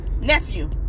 nephew